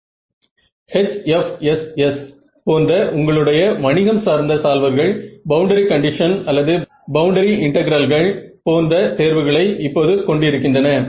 HFSS போன்ற உங்களுடைய வணிகம் சார்ந்த சால்வர்கள் பவுண்டரி கண்டிஷன் அல்லது பவுண்டரி இன்டெகிரல்கள் போன்ற தேர்வுகளை இப்போது கொண்டு இருக்கின்றனர்